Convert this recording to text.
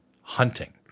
hunting